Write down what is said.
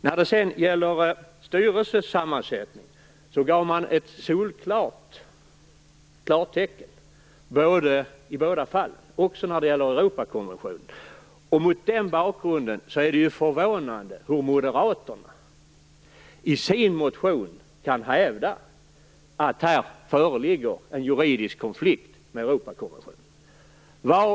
När det sedan gäller styrelsesammansättningen gav man ett solklart klartecken i båda fallen, också när det gäller Europakonventionen. Mot den bakgrunden är det förvånande att moderaterna i sin motion kan hävda att här föreligger en juridisk konflikt med Europakonventionen.